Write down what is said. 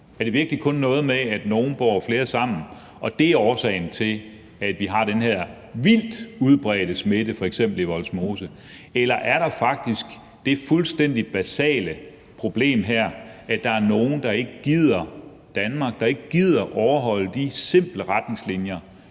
virkelig kun noget med, at nogle bor flere sammen, og at det er årsagen til, at vi har den her vildt udbredte smitte i f.eks. Vollsmose? Eller er der faktisk det fuldstændig basale problem, at der er nogle, der ikke gider Danmark, der ikke gider overholde de simple retningslinjer,